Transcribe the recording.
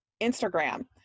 Instagram